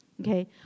Okay